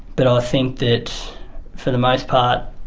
but i think that for the most part